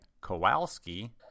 kowalski